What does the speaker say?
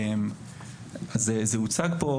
זה הוצג פה.